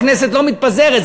הכנסת לא מתפזרת,